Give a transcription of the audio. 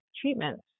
treatments